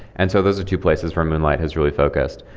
and so those are two places where moonlight has really focused.